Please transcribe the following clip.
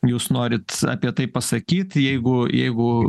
jūs norit apie tai pasakyt jeigu jeigu